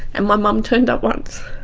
and my mum turned up once.